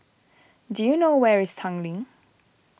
do you know where is Tanglin